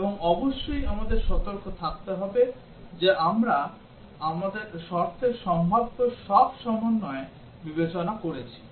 এবং অবশ্যই আমাদের সতর্ক থাকতে হবে যে আমরা শর্তের সম্ভাব্য সব সমন্বয় বিবেচনা করেছি